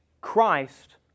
Christ